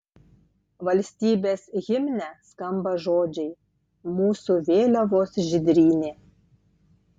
valstybės himne skamba žodžiai mūsų vėliavos žydrynė